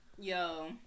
Yo